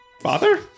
Father